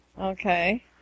Okay